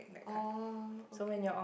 oh okay